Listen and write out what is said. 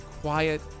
quiet